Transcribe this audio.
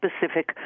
specific